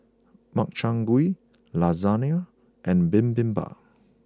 Makchang Gui Lasagna and Bibimbap